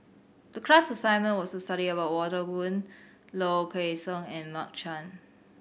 the class assignment was to study about Walter Woon Low Kway Song and Mark Chan